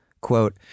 Quote